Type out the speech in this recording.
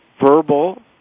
verbal